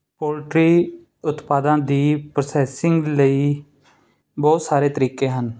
poultry ਉਤਪਾਦਾਂ ਦੀ processing ਲਈ ਬਹੁਤ ਸਾਰੇ ਤਰੀਕੇ ਹਨ